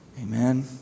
Amen